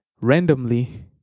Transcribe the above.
randomly